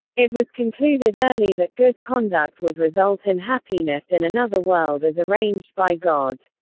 it was concluded early that good conduct would result in happiness in another world as arranged by god.